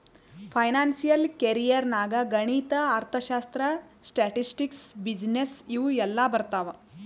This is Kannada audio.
ಫೈನಾನ್ಸಿಯಲ್ ಕೆರಿಯರ್ ನಾಗ್ ಗಣಿತ, ಅರ್ಥಶಾಸ್ತ್ರ, ಸ್ಟ್ಯಾಟಿಸ್ಟಿಕ್ಸ್, ಬಿಸಿನ್ನೆಸ್ ಇವು ಎಲ್ಲಾ ಬರ್ತಾವ್